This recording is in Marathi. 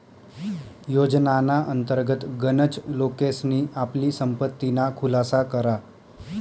योजनाना अंतर्गत गनच लोकेसनी आपली संपत्तीना खुलासा करा